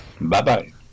Bye-bye